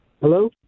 Hello